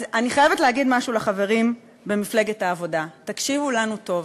אני חייבת להגיד משהו לחברים במפלגת העבודה: תקשיבו לנו טוב,